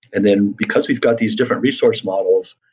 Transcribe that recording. and then because we've got these different resource models,